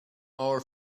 our